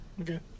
Okay